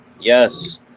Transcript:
Yes